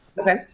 okay